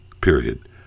period